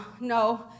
no